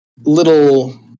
little